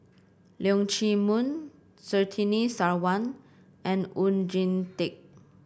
Leong Chee Mun Surtini Sarwan and Oon Jin Teik